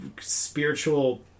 spiritual